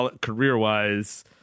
career-wise